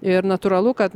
ir natūralu kad